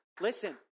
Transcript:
Listen